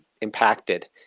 impacted